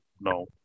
No